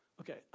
Okay